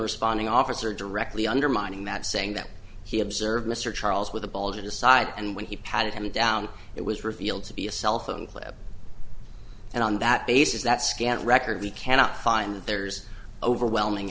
responding officer directly undermining that saying that he observed mr charles with a ball in the side and when he patted him down it was revealed to be a cell phone clip and on that basis that scant record we cannot find there's overwhelming